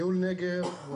ניהול נגר הוא